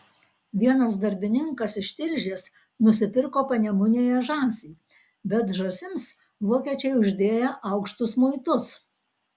vienas darbininkas iš tilžės nusipirko panemunėje žąsį bet žąsims vokiečiai uždėję aukštus muitus